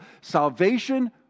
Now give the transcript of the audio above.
salvation